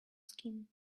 skin